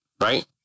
right